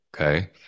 Okay